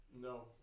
No